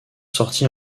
sorti